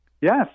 Yes